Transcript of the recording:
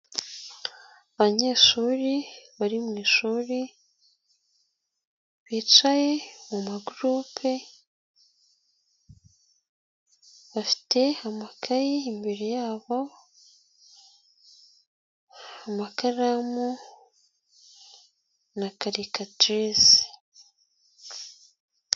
Abanyeshuri bari mu ishuri bicaye mu magurupe, bafite amakayi imbere yabo, amakaramu na karikatirise.